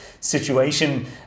situation